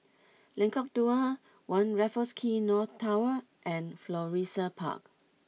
Lengkok Dua One Raffles Quay North Tower and Florissa Park